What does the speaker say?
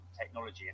technology